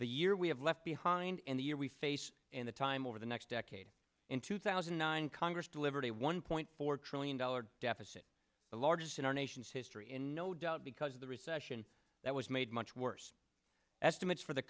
the year we have left behind and the year we face in the time over the next decade in two thousand and nine congress delivered a one point four trillion dollar deficit the largest in our nation's history and no doubt because of the recession that was made much worse estimates for the